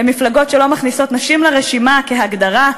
במפלגות שלא מכניסות נשים לרשימה כהגדרה,